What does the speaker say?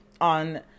on